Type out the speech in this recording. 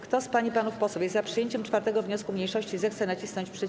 Kto z pań i panów posłów jest za przyjęciem 4. wniosku mniejszości, zechce nacisnąć przycisk.